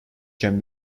can